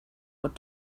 what